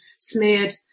smeared